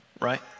right